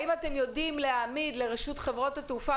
האם אתם יודעים להעמיד לרשות חברות התעופה,